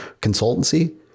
consultancy